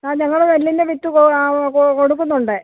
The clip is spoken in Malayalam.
ആ ഞങ്ങൾ നെല്ലിൻ്റെ വിത്ത് കൊ ആ കൊ കൊടുക്കുന്നുണ്ട്